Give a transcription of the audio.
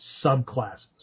subclasses